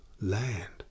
Land